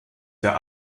der